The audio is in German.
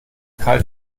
kalt